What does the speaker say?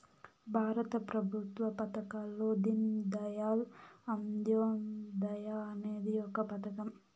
భారత ప్రభుత్వ పథకాల్లో దీన్ దయాళ్ అంత్యోదయ అనేది ఒక పథకం